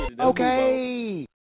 okay